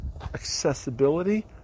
accessibility